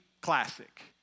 Classic